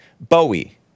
Bowie